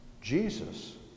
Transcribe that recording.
Jesus